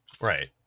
Right